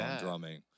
drumming